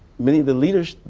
many of the leaders,